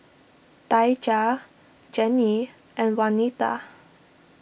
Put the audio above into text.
Daija Gennie and Wanita